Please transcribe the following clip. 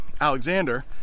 Alexander